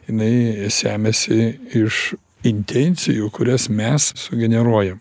jinai semiasi iš intencijų kurias mes sugeneruojam